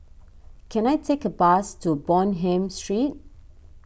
can I take a bus to Bonham Street